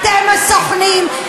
אתם הסוכנים.